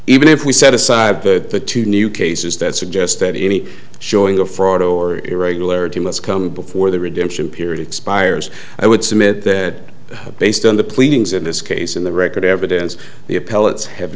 even if we set aside the two new cases that suggest that any showing of fraud or irregularity must come before the redemption period expires i would submit that based on the pleadings in this case in the record evidence the a pellets have